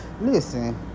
listen